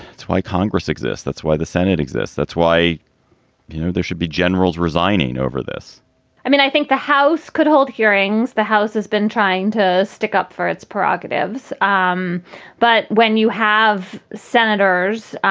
that's why congress exists, that's why the senate exists. that's why you know there should be generals resigning over this i mean, i think the house could hold hearings. the house has been trying to stick up for its prerogatives. um but when you have senators,